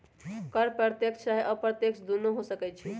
कर प्रत्यक्ष चाहे अप्रत्यक्ष दुन्नो हो सकइ छइ